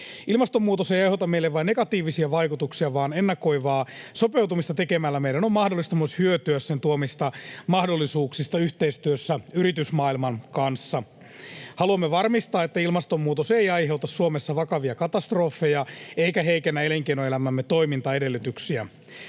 Ilmastonmuutos ei aiheuta meille vain negatiivisia vaikutuksia, vaan ennakoivaa sopeutumista tekemällä meidän on mahdollista myös hyötyä sen tuomista mahdollisuuksista yhteistyössä yritysmaailman kanssa. Haluamme varmistaa, että ilmastonmuutos ei aiheuta Suomessa vakavia katastrofeja eikä heikennä elinkeinoelämämme toimintaedellytyksiä.